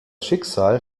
schicksal